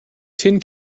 tin